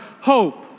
hope